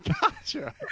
Gotcha